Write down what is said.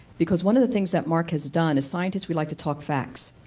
because one of the things that mark has done as scientists we like to talk facts,